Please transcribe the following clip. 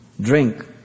drink